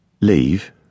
Leave